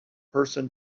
person